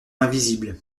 invisible